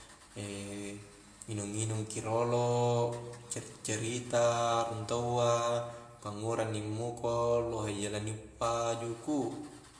nginung-nginung ki rolo cari-carita rung taua, ngkua ngura inni muko lohe ji la ni uppa juku'